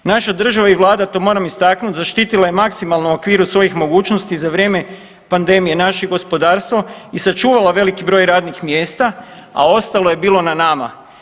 Naša država i vlada to moram istaknuti zaštitila je maksimalno u okviru svojih mogućnosti za vrijeme pandemije naše gospodarstvo i sačuvala veliki broj radnih mjesta, a ostalo je bilo na nama.